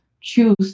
choose